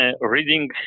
reading